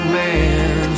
man